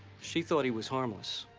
she thought he was harmless.